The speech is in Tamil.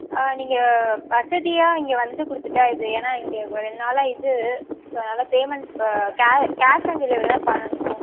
ஆ நீங்கள் வசதியாக இங்கே வந்து கொடுத்துட்டா இது ஏன்னால் இங்கே ரெண்டு நாளாக இது ஸோ அதனால் பேமெண்ட் கே கேஷ் ஆன் டெலிவரி தான் பண்ணணும்